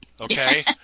okay